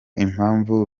impamvu